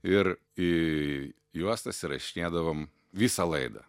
ir į juostas įrašinėdavom visą laidą